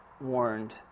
warned